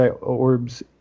orbs